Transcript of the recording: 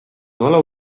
nola